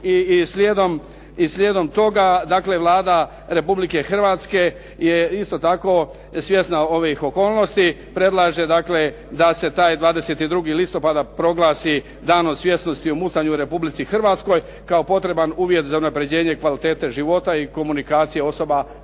i slijedom toga dakle Vlada Republike Hrvatske je isto tako svjesna ovih okolnosti. Predlaže dakle da se taj 22. listopada proglasni Danom svjesnosti o mucanju u Republici Hrvatskoj kao potreban uvjet za unaprjeđenje kvalitete života i komunikacije osoba koje